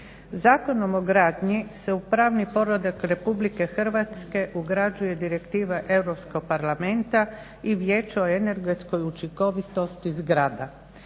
Zakonom o gradnji se u pravni poredak Republike Hrvatske ugrađuje Direktiva Europskog parlamenta i Vijeća o energetskoj učinkovitosti zgrada.